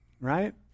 right